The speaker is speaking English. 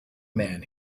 man